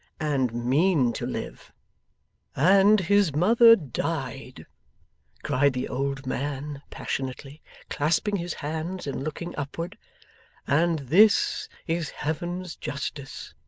and mean to live and his mother died cried the old man, passionately clasping his hands and looking upward and this is heaven's justice